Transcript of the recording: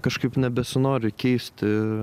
kažkaip nebesinori keisti